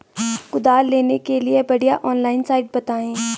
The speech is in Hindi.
कुदाल लेने के लिए बढ़िया ऑनलाइन साइट बतायें?